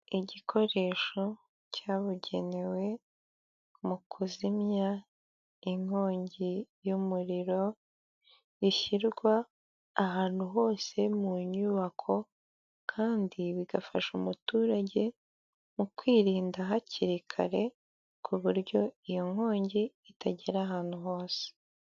Igikoresho cyabugenewe mu kuzimya inkongi y'umuriro, gishyirwa ahantu hose mu nyubako kandi bigafasha umuturage mu kwirinda hakiri kare, ku buryo iyo nkongi itagera ahantu hose.